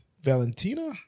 valentina